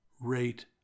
rate